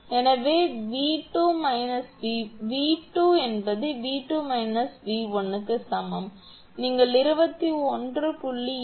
எனவே 𝑣2 𝑉2 𝑉1 க்கு சமம் நீங்கள் 21